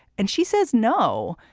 and she says no.